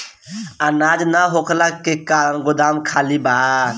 अनाज ना होखला के कारण गोदाम खाली बा